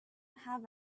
have